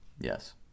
yes